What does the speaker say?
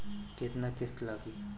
केतना किस्त लागी?